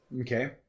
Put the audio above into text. Okay